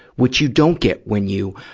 what you don't get when you,